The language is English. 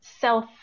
self